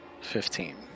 Fifteen